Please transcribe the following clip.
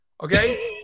Okay